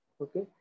Okay